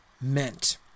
meant